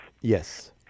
yes